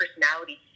personality